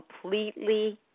completely